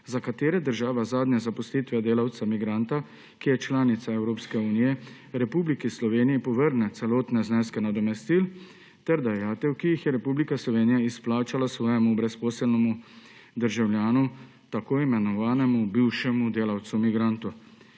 za katere država zadnje zaposlitve delavca migranta, ki je članica Evropske unije, Republiki Sloveniji povrne celotne zneske nadomestil ter dajatev, ki jih je Republika Slovenija izplačala svojemu brezposelnemu državljanu, tako imenovanemu bivšemu delavcu migrantu,